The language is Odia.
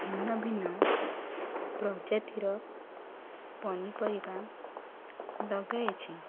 ଭିନ୍ନ ଭିନ୍ନ ପ୍ରଜାତିର ପନିପରିବା ଲଗାଇଛି